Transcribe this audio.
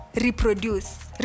reproduce